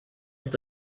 ist